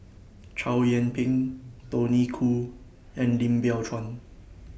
Chow Yian Ping Tony Khoo and Lim Biow Chuan